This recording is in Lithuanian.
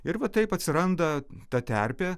ir va taip atsiranda ta terpė